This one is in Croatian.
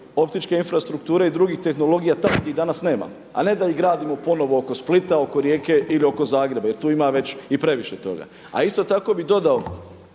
optičke infrastrukture i drugih tehnologija … danas nema. A ne da ih gradimo ponovo oko Splita, oko Rijeke ili oko Zagreba jer tu ima i previše toga. A isto tako bi dodao